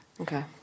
Okay